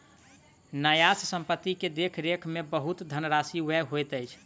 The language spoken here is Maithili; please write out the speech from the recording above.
न्यास संपत्ति के देख रेख में बहुत धनराशि व्यय होइत अछि